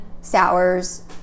Sours